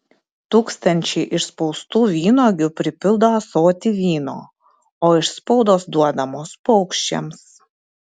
tūkstančiai išspaustų vynuogių pripildo ąsotį vyno o išspaudos duodamos paukščiams